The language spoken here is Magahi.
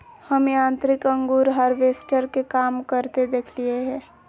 हम यांत्रिक अंगूर हार्वेस्टर के काम करते देखलिए हें